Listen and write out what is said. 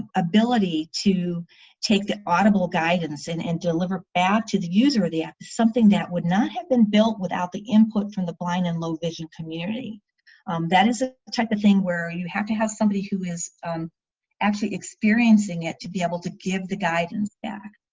ability to take the audible guidance and and deliver back to the user that. something that would not have been built without the input from the blind and low-vision community that is a type of thing where you have to have somebody who is actually experiencing it to be able to give the guidance back.